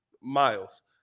Miles